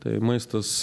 tai maistas